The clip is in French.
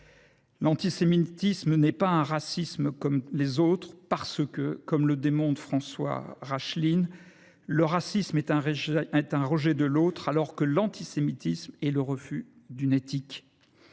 L’antisémitisme n’est pas un racisme comme les autres, parce que, comme le démontre François Rachline, « le racisme est un rejet de l’autre, l’antisémitisme le refus d’une éthique